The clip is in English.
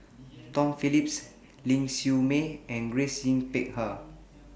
Tom Phillips Ling Siew May and Grace Yin Peck Ha